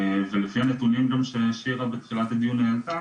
ולפי הנתונים גם ששירה בתחילת הדיון העלתה,